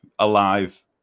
Alive